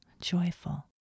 joyful